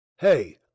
Hey